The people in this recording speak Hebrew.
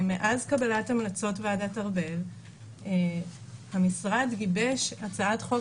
ומאז קבלת המלצות ועדת ארבל המשרד גיבש הצעת חוק